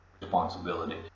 responsibility